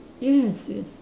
yes yes